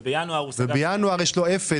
ובינואר יש לו אפס.